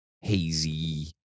hazy